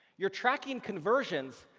you're tracking conversions,